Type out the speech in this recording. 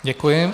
Děkuji.